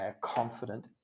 confident